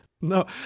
No